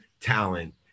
talent